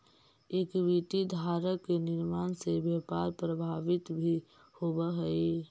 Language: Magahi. इक्विटी धारक के निर्णय से व्यापार प्रभावित भी होवऽ हइ